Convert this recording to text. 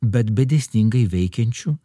bet be dėsningai veikiančių